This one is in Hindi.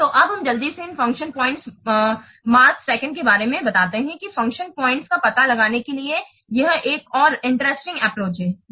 तो अब हम जल्दी से इन फंक्शन पॉइंट्स मार्क II के बारे में बताते हैं कि फंक्शन पॉइंट्स का पता लगाने के लिए यह एक और इंटरेस्टिंग एप्रोच है